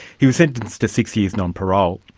he was sentenced to six years non-parole.